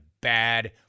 bad